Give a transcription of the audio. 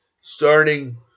starting